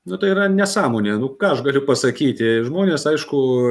nu tai yra nesąmonė nu ką aš galiu pasakyti žmonės aišku